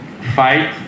fight